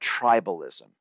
tribalism